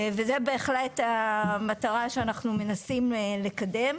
וזו בהחלט המטרה שאנחנו מנסים לקדם.